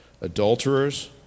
adulterers